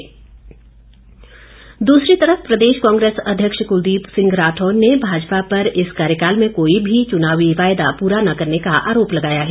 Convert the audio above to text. राठौर प्रदेश कांग्रेस अध्यक्ष कुलदीप सिंह राठौर ने भाजपा पर इस कार्यकाल में कोई भी चुनावी वायदा पूरा न करने का आरोप लगाया है